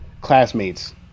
classmates